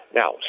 now